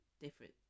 different